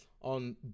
on